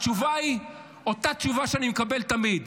התשובה היא אותה התשובה שאני מקבל תמיד.